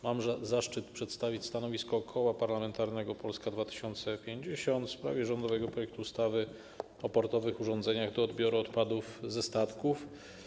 Mam zaszczyt przedstawić stanowisko Koła Parlamentarnego Polska 2050 w sprawie rządowego projektu ustawy o portowych urządzeniach do odbioru odpadów ze statków.